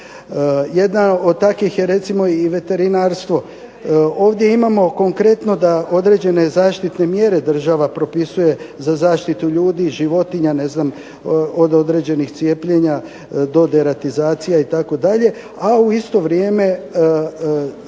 Jedna od takvih je recimo i veterinarstvo. Ovdje imamo konkretno da određene zaštitne mjere država propisuje za zaštitu ljudi i životinja od određenih cijepljenja do deratizacija itd., a u isto vrijeme